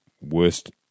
worst